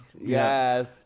yes